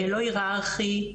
לא היררכי,